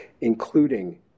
including